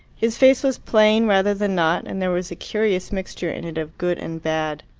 his face was plain rather than not, and there was a curious mixture in it of good and bad.